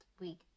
week